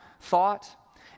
thought